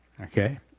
Okay